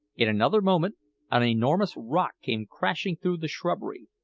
in another moment an enormous rock came crashing through the shrubbery,